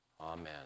Amen